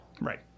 Right